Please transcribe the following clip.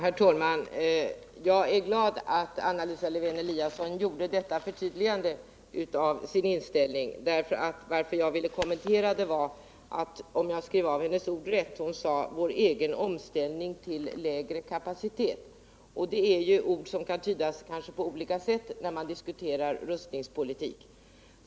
Herr talman! Jag är glad att Anna Lisa Lewén-Eliasson gjorde detta förtydligande av sin inställning. Anledningen till att jag ville kommentera hennes anförande var att hon — om jag skrev av hennes ord rätt — talade om vår egen omställning till lägre kapacitet. Det är ord som kanske kan tydas på olika sätt när man diskuterar rustningspolitik.